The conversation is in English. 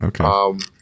Okay